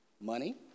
Money